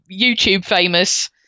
YouTube-famous